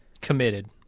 Committed